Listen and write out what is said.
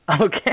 Okay